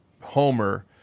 Homer